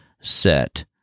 set